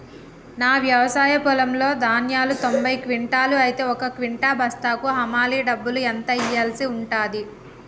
నా వ్యవసాయ పొలంలో ధాన్యాలు తొంభై క్వింటాలు అయితే ఒక క్వింటా బస్తాకు హమాలీ డబ్బులు ఎంత ఇయ్యాల్సి ఉంటది?